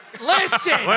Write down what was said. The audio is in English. Listen